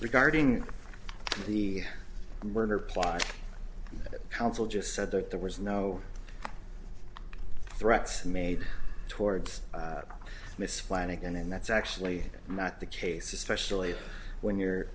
regarding the murder part counsel just said that there was no threats made towards miss flanagan and that's actually not the case especially when you're